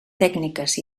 tècniques